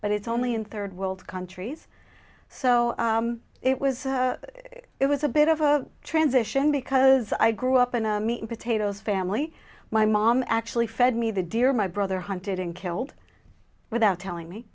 but it's only in third world countries so it was it was a bit of a transition because i grew up in a meat and potatoes family my mom actually fed me the deer my brother hunted and killed without telling me